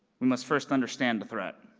we must first understand the threat.